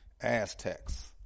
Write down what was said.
Aztecs